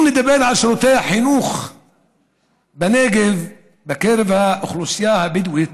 אם נדבר על שירותי החינוך בנגב בקרב האוכלוסייה הבדואית,